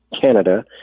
Canada